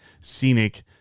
scenic